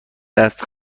دست